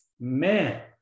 man